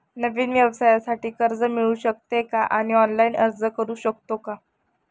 नवीन व्यवसायासाठी कर्ज मिळू शकते का आणि ऑनलाइन अर्ज करू शकतो का?